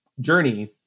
journey